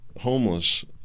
homeless